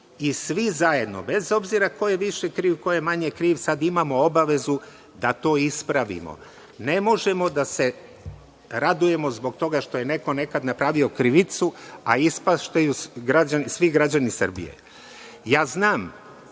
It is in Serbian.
i svi zajedno, bez obzira ko je više kriv, ko je manje kriv, sad imamo obavezu da to ispravimo. Ne možemo da se radujemo zbog toga što je neko nekad napravio krivicu, a ispaštaju svi građani Srbije. Ja znam